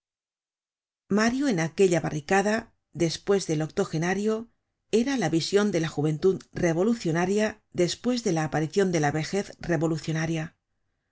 mario en aquella barricada despues del octogenario era la vision de la juventud revolucionaria despues de la aparicion de la vejez revolucionaria